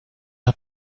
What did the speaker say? are